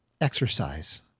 exercise